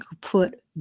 put